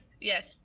Yes